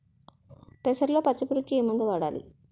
పెసరలో పచ్చ పురుగుకి ఏ మందు వాడాలి?